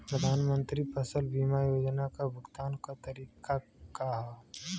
प्रधानमंत्री फसल बीमा योजना क भुगतान क तरीकाका ह?